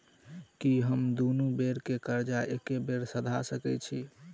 की हम दुनू बेर केँ कर्जा एके बेर सधा सकैत छी?